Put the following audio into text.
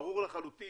ברור לחלוטין